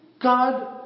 God